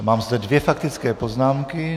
Mám zde dvě faktické poznámka.